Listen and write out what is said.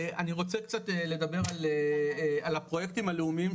אני רוצה קצת לדבר על הפרויקטים הלאומיים,